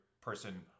person